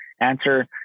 answer